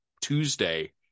Tuesday